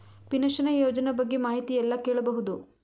Pension ಯೋಜನ ಬಗ್ಗೆ ಮಾಹಿತಿ ಎಲ್ಲ ಕೇಳಬಹುದು?